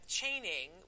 chaining